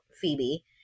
Phoebe